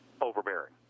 overbearing